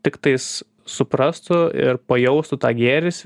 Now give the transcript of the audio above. tiktais suprastų ir pajaustų tą gėrį